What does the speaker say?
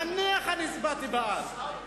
נניח שהצבעתי בעד,